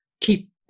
keep